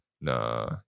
Nah